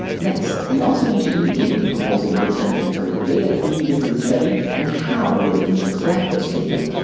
next, we need to indicate in the proposal what kind of empirical data is needed for this study and how we are going to collect those data.